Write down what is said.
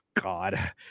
God